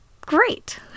Great